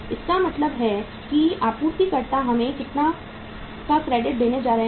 इसका मतलब है कि आपूर्तिकर्ता हमें इतने का क्रेडिट देने जा रहे हैं